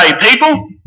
people